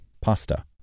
PASTA